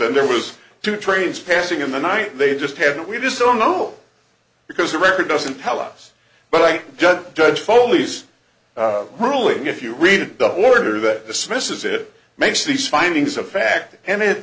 and there was two trains passing in the night they just haven't we just don't know because the record doesn't tell us but i don't judge foley's ruling if you read the order that this misses it makes these findings of fact and it